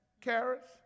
carrots